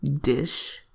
dish